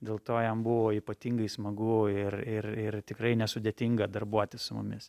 dėl to jam buvo ypatingai smagu ir ir ir tikrai nesudėtinga darbuotis su mumis